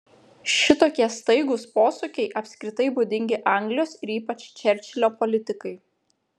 šitokie staigūs posūkiai apskritai būdingi anglijos ir ypač čerčilio politikai